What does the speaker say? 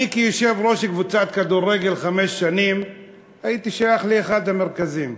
כיושב-ראש קבוצת כדורגל חמש שנים הייתי שייך לאחד המרכזים.